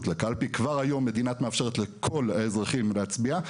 לקלפי כבר היום המדינה מאפשרת לכל האזרחים להצביע,